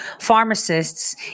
pharmacists